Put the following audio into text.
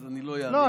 אז אני לא אענה,